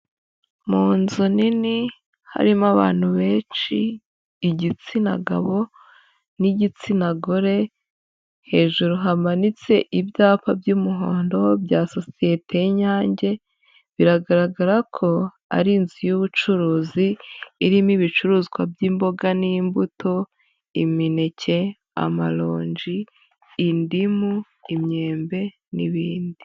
Mu nzu nini, harimo abantu benshi, igitsina gabo n'igitsina gore, hejuru hamanitse ibyapa by'umuhondo bya societe y'Inyange, biragaragara ko ari inzu y'ubucuruzi, irimo ibicuruzwa by'imboga n'imbuto, imineke, amaronji, indimu, imyembe n'ibindi.